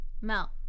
Mel